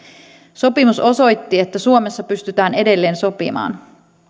sopimus osoitti että suomessa pystytään edelleen sopimaan